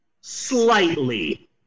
slightly